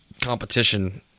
competition